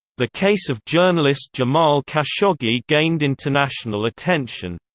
the case of journalist jamal khashoggi gained international attention.